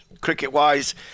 cricket-wise